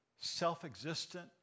self-existent